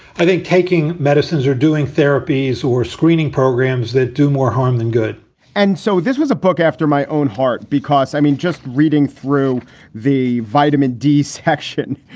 i think taking medicines are doing therapies or screening programs that do more harm than good and so this was a book after my own heart because i mean, just reading through the vitamin d section,